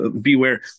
Beware